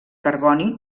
carboni